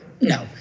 No